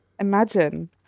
Imagine